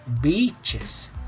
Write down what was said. beaches